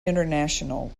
international